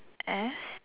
eh